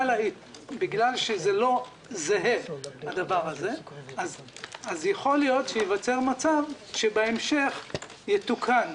שזה לא זהה אז יכול להיות שייווצר מצב שבהמשך יתוקן,